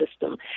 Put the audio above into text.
system